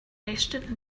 restaurant